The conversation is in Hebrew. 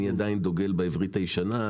אני עדיין דוגל בעברית הישנה,